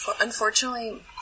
unfortunately